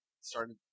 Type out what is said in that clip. started